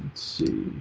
c